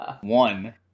One